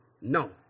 No